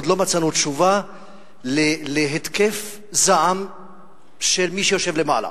עוד לא מצאנו תשובה להתקף זעם של מי שיושב למעלה